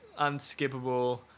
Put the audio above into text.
unskippable